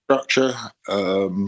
Structure